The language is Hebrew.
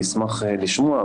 אני אשמח לשמוע,